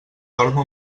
dormo